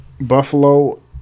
Buffalo